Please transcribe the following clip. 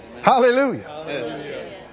Hallelujah